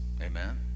Amen